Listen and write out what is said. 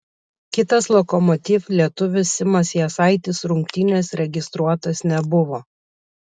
kitas lokomotiv lietuvis simas jasaitis rungtynės registruotas nebuvo